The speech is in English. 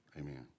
amen